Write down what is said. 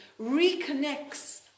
reconnects